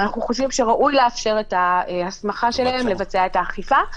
אנחנו חושבים שראוי לאפשר את ההסמכה שלהם לבצע את האכיפה.